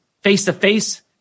face-to-face